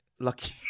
Lucky